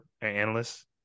analysts